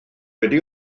wedi